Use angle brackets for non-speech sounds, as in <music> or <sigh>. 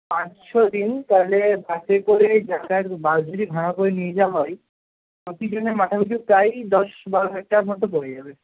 পাঁচ ছদিন তাহলে বাসে করে <unintelligible> বাস যদি ভাড়া করে নিয়ে যাওয়া হয় প্রতিজনের মাথা পিছু প্রায় দশ বারো হাজার টাকার মতো পড়ে যাবে